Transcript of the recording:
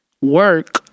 work